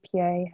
APA